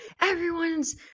everyone's